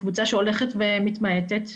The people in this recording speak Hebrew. שהולכת ומתמעטת.